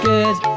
Good